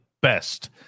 best